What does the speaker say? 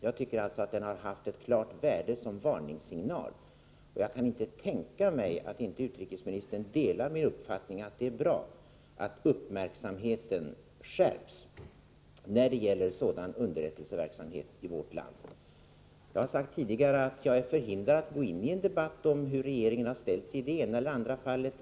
Jag tycker alltså att den har haft ett klart värde som varningssignal, och jag kan inte tänka mig att inte utrikesministern delar min uppfattning att det är bra att uppmärksamheten skärps när det gäller sådan underrättelseverksamhet i vårt land. Jag har sagt tidigare att jag är förhindrad att gå in i en debatt om hur regeringen har ställt sig i det ena eller andra fallet.